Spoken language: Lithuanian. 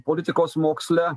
politikos moksle